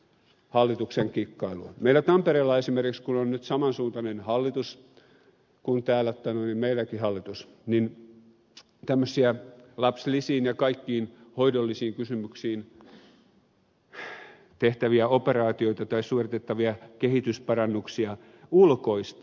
meilläkin tampereella esimerkiksi kun on nyt saman suuntainen hallitus kuin täällä meidänkin hallitus tämmöisiä lapsilisiin ja kaikkiin hoidollisiin kysymyksiin tehtäviä operaatioita tai suoritettavia kehitysparannuksia ulkoistaa